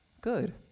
good